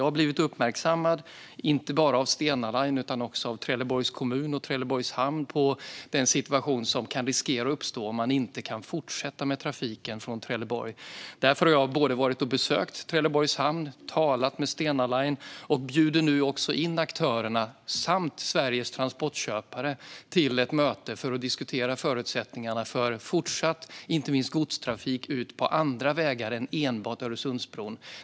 Jag har blivit uppmärksammad, inte bara av Stena Line utan också av Trelleborgs kommun och Trelleborgs Hamn, på den situation som riskerar att uppstå om man inte kan fortsätta med trafiken från Trelleborg. Därför har jag besökt Trelleborgs Hamn och talat med Stena Line, och jag bjuder nu också in aktörerna och Sveriges transportköpare till ett möte för att diskutera förutsättningarna för inte minst fortsatt godstrafik på andra vägar än enbart Öresundsbron.